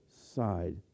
side